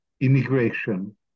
immigration